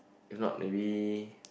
do not maybe